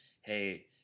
Hey